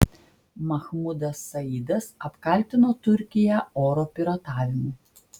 mahmudas saidas apkaltino turkiją oro piratavimu